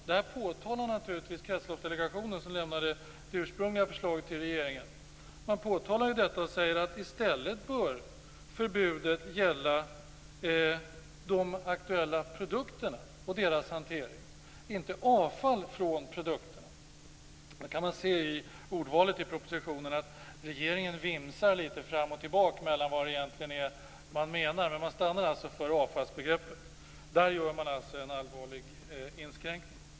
Det här påtalar naturligtvis Kretsloppsdelegationen som lämnade det ursprungliga förslaget till regeringen. Man säger att förbudet i stället bör gälla de aktuella produkterna och deras hantering, inte avfall från produkterna. Man kan se på ordvalet i propositionen att regeringen vimsar litet fram och tillbaka mellan vad det egentligen är man menar. Men man stannar alltså för avfallsbegreppet. Där gör man en allvarlig inskränkning.